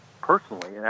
personally